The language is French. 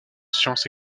sciences